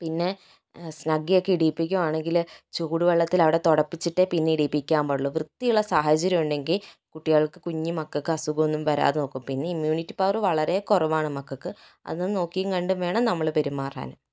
പിന്നെ സ്നഗ്ഗിയൊക്കെ ഉടുപ്പിക്കുകയാണെങ്കില് ചൂട് വെള്ളത്തിലവിടെ തുടപ്പിച്ചിട്ടേ പിന്നെ ഉടുപ്പിക്കാൻ പാടുള്ളു വൃത്തിയുള്ള സാഹചര്യം ഉണ്ടെങ്കിൽ കുട്ടികൾക്ക് കുഞ്ഞുമക്കൾക്ക് അസുഖമൊന്നും വരാതെ നോക്കും പിന്നെ ഇമ്മ്യൂണിറ്റി പവറ് വളരെ കുറവാണ് മക്കൾക്ക് അത് നോക്കിയും കണ്ടും വേണം നമ്മള് പെരുമാറാൻ